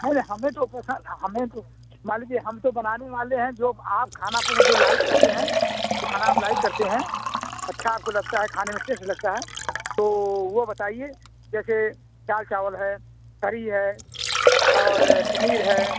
नहीं नहीं हमें तो पसंद हमें तो मान लीजिए हम तो बनाने वाले हैं जो आप खाना पसंद जो लाइक करते हैं जो खाना आप लाइक करते हैं अच्छा आपको लगता है खाने में टेस्ट लगता है तो वो बताइए जैसे दाल चावल है करी है और पनीर है